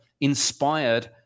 inspired